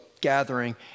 gathering